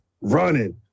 running